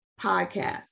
podcast